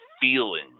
feeling